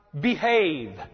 behave